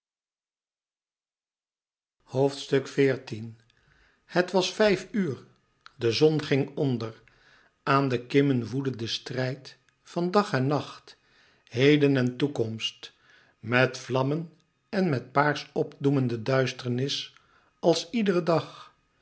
het was vijf uur de zon ging onder aan de kimmen woedde de strijd van dag en nacht heden en toekomst met vlammen en met paars opdoemende duisternis als iederen dag